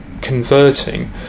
converting